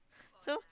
so